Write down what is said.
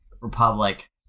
republic